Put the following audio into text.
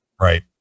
Right